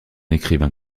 écrivain